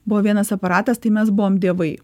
buvo vienas aparatas tai mes buvom dievai